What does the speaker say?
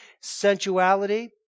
sensuality